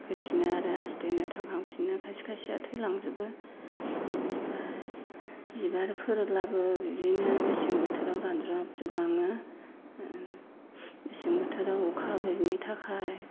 फैफिनो आरो आस्थेनो थांखांफिनो खायसे खायसेया थैलांजोबो बेनिफ्राय बिबारफोरलाबो बिदिनो मेसें बोथोराव रानज्राबाजोबलाङो मेसें बोथोराव अखा गैयिनि थाखाय